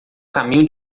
caminho